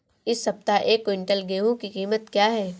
इस सप्ताह एक क्विंटल गेहूँ की कीमत क्या है?